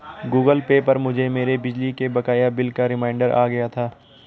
Google Pay पर मुझे मेरे बिजली के बकाया बिल का रिमाइन्डर आ गया था